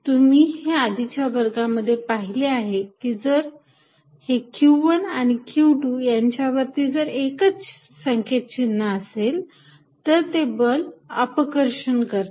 तुम्ही हे आधीच्या वर्गामध्ये पाहिले आहे की जर हे q१ आणि q२ यांच्यावरती जर एकच संकेत चिन्ह असेल तर हे बल अपकर्षण असते